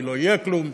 כי לא יהיה כלום.